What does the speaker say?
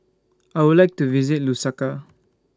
I Would like to visit Lusaka